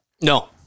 No